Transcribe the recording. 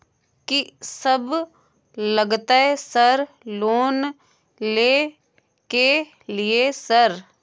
कि सब लगतै सर लोन ले के लिए सर?